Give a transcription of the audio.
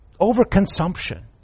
overconsumption